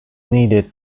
needed